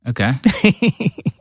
Okay